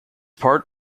part